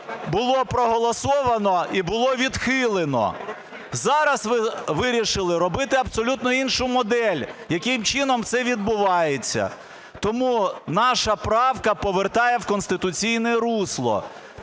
було проголосовано і було відхилено. Зараз ви вирішили робити абсолютно іншу модель, яким чином це відбувається. Тому наша правка повертає в конституційне русло